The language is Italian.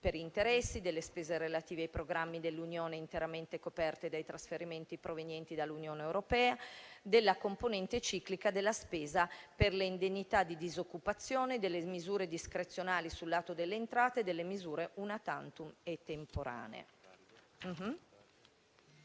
per interessi, delle spese relative ai programmi dell'Unione interamente coperte dai trasferimenti provenienti dall'Unione europea, della componente ciclica della spesa per le indennità di disoccupazione, delle misure discrezionali sul lato delle entrate e delle misure *una tantum* e temporanee.